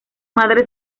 madre